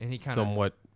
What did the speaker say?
somewhat